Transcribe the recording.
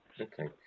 Okay